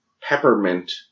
Peppermint